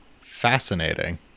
Fascinating